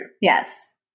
Yes